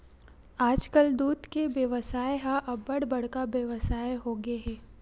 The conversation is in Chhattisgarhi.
आजकाल दूद के बेवसाय ह अब्बड़ बड़का बेवसाय होगे हे